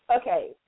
Okay